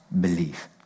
belief